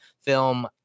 film